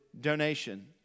donation